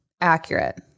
Accurate